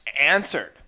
answered